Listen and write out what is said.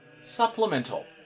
Supplemental